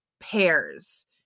pairs